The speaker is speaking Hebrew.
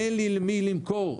אין לי למי למכור.